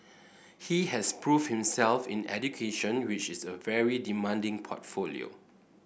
he has proved himself in education which is a very demanding portfolio